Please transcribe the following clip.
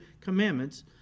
commandments